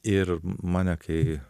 ir mane kai